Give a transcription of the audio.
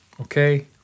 Okay